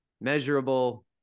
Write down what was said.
measurable